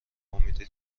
امید